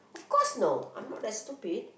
of course no I'm not that stupid